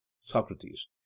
socrates